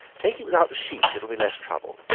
take it without the sheath, it will be less trouble.